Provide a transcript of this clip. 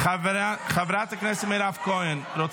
אתה לא במליאה, אתה לא אמור להיות במליאה.